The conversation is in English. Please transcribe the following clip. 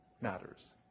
matters